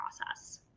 process